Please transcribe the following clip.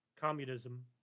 communism